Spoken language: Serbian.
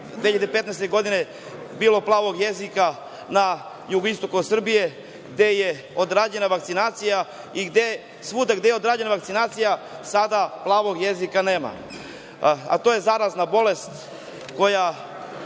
2015. godine bilo plavog jezika na jugoistoku Srbije gde je odrađena vakcinacija i svuda gde je odrađena vakcinacija sada plavog jezika nema. To je zarazna bolest koja